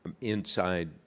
inside